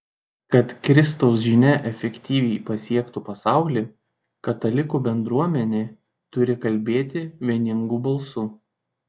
kad kristaus žinia efektyviai pasiektų pasaulį katalikų bendruomenė turi kalbėti vieningu balsu